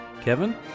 Kevin